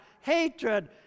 hatred